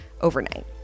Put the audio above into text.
overnight